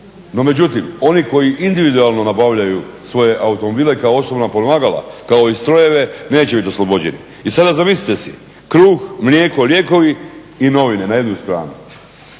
No međutim, oni koji individualno nabavljaju svoje automobile kao osobna pomagala kao i strojeve neće biti oslobođeni. I sada zamislite si, kruh, mlijeko, lijekovi i novine na jednu stranu.